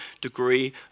degree